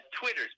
Twitter's